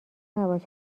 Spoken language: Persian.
نباش